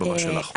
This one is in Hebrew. הבמה שלך.